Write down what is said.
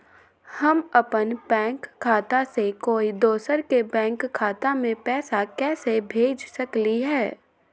हम अपन बैंक खाता से कोई दोसर के बैंक खाता में पैसा कैसे भेज सकली ह?